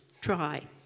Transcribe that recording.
try